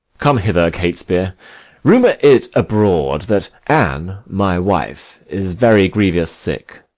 come hither, catesby rumour it abroad that anne, my wife, is very grievous sick